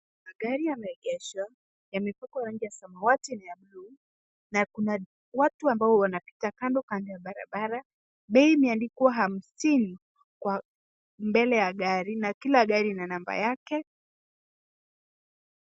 Magari yameegeshwa. Yamepakwa rangi ya samawati na ya bluu na kuna watu ambao wanapita kando kando ya barabara. Bei imeandikwa hamsini kwa mbele ya gari na kila gari ina namba yake.